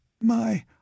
My